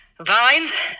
vines